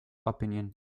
opinion